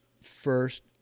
first